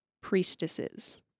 priestesses